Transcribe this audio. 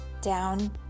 down